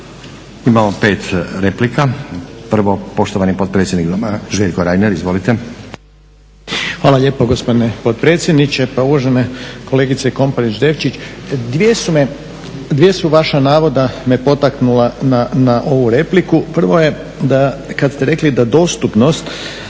Imamo 5 replika. Prvo poštovani potpredsjednik Doma Željko Reiner. Izvolite. **Reiner, Željko (HDZ)** Hvala lijepo gospodine potpredsjedniče. Pa uvažena kolegice Komparić-Devčić dva su vaša navoda me potaknula na ovu repliku. Prvo je da kad ste rekli da dostupnost